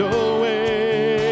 away